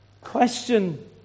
Question